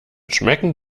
schmecken